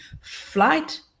flight